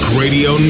radio